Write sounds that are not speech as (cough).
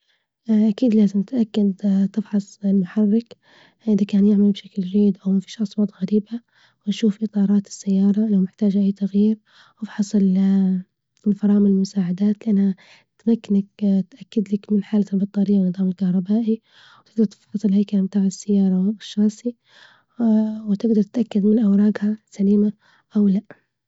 أكيد لازم تتأكد تفحص المحرك إذا كان يعمل بشكل جيد أو مفيش أصوات غريبة وأشوف إطارات السيارة لو محتاجة أي تغيير وأفحص ال (hesitation) الفرامل والمساعدات لأنها تمكنك تتأكدلك من حالة البطارية والنظام الكهربائي، وتجدر تفحص الهيكل بتاع السيارة والشاصي وتجدر تتأكد من أوراجها سليمة أو لأ.